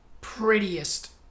prettiest